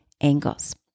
angles